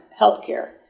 healthcare